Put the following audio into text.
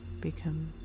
become